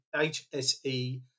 HSE